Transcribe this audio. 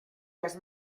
las